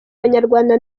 abanyarwanda